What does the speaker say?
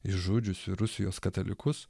išžudžiusį rusijos katalikus